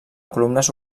columnes